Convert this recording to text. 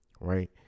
Right